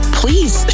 please